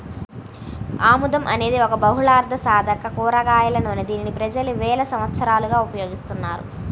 ఆముదం అనేది ఒక బహుళార్ధసాధక కూరగాయల నూనె, దీనిని ప్రజలు వేల సంవత్సరాలుగా ఉపయోగిస్తున్నారు